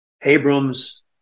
Abrams